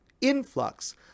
influx